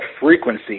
frequency